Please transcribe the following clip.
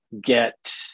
get